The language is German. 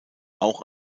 auch